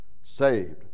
saved